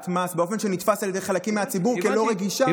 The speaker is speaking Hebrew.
מס באופן שנתפס על ידי חלקים מהציבור כלא-רגישה,